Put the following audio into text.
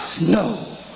no